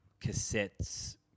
cassettes